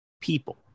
people